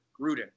Gruden